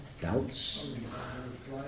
doubts